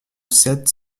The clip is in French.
sept